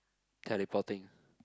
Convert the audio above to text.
teleporting